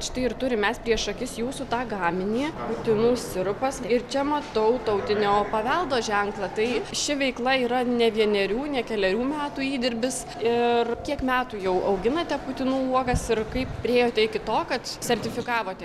štai ir turim mes prieš akis jūsų tą gaminį putinų sirupas ir čia matau tautinio paveldo ženklą tai ši veikla yra ne vienerių ne kelerių metų įdirbis ir kiek metų jau auginate putinų uogas ir kaip priėjote iki to kad sertifikavote